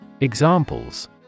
Examples